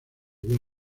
había